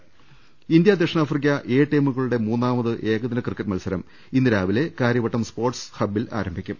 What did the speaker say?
രുട്ടിട്ട്ട്ട്ട്ട്ട്ട ഇന്ത്യ ദക്ഷിണാഫ്രിക്ക എ ടീമുകളുടെ മൂന്നാമത് ഏകദിന ക്രിക്കറ്റ് മത്സരം ഇന്ന് രാവിലെ കാര്യവട്ടം സ്പോർട്സ് ഹബ്ബിൽ ആരംഭിക്കും